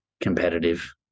competitive